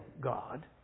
God